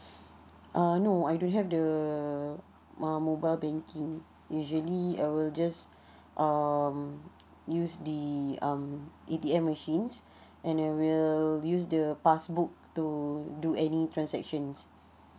uh no I don't have the uh mobile banking usually I will just um use the um A_T_M machines and I will use the pass book to do any transactions